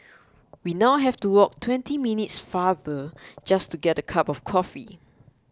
we now have to walk twenty minutes farther just to get a cup of coffee